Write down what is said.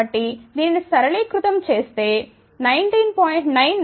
కాబట్టి దీనిని సరళీకృతం చేస్తే 19